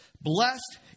Blessed